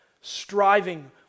striving